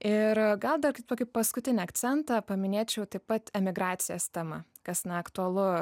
ir gal dar kaip tokį paskutinį akcentą paminėčiau taip pat emigracijos tema kas na aktualu